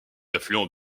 affluent